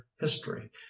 history